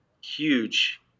huge